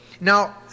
Now